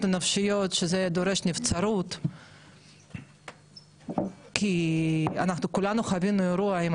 ונפשיות שזה דורש נבצרות כי אנחנו כולנו חווינו את האירוע עם